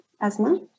Asma